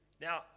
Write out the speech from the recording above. Now